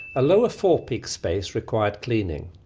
a lower forepeak space required cleaning,